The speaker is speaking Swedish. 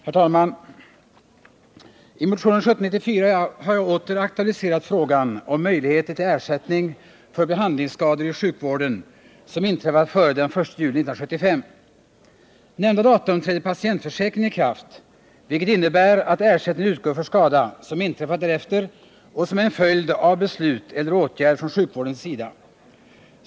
Herr talman! I motionen 1764 har jag åter aktualiserat frågan om möjligheter till ersättning för behandlingsskador i sjukvården, vilka inträffat före den 1 juli 1975. Nämnda datum trädde patientförsäkringen i kraft, vilket innebär att ersättning utgår för skada som inträffat därefter och som är en följd av beslut eller åtgärd från sjukvårdens sida.